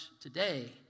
today